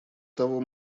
того